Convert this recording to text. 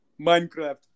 Minecraft